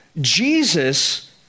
Jesus